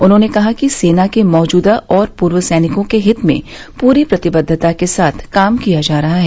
उन्होंने कहा कि सेना के मौजूदा और पूर्व सैनिकों के हित में पूरी प्रतिबद्वता के साथ काम किया जा रहा है